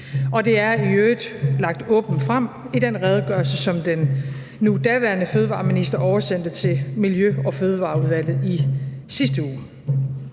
Det er i øvrigt lagt åbent frem i den redegørelse, som den nu daværende fødevareminister oversendte til Miljø- og Fødevareudvalget i sidste uge.